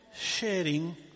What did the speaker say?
sharing